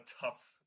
tough